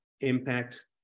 impact